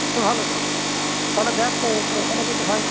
তা ভালো তো তাহলে দ্যাখ ও ওখানে যদি হয়